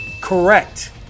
Correct